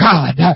God